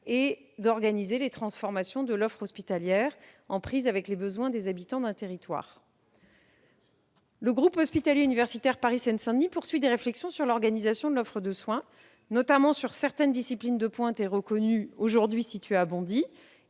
et d'organiser les transformations de l'offre hospitalière en prise avec les besoins des habitants d'un territoire. Aussi, le groupe hospitalier universitaire Paris-Seine-Saint-Denis poursuit des réflexions sur l'organisation de l'offre de soins, notamment sur certaines disciplines de pointe et reconnues, aujourd'hui situées à Bondy,